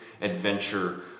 adventure